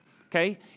okay